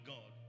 God